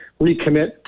recommit